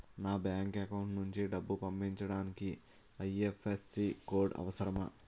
నా bank account నుంచి డబ్బు పంపించడానికి ఐ.ఎఫ్.ఎస్.సి కోడ్ అవసరమా?